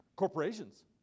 Corporations